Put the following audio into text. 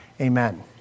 Amen